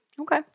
Okay